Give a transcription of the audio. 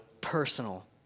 personal